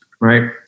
right